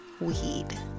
weed